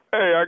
Hey